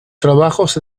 trabajos